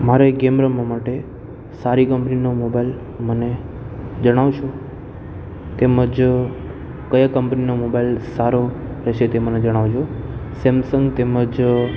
મારે ગેમ રમવા માટે સારી કંપનીનો મોબાઈલ મને જણાવશો તેમજ કયો કંપનીનો મોબાઈલ સારો રહેસે તે મને જણાવજો સેમસંગ તેમજ